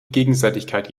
gegenseitigkeit